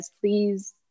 please